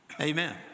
Amen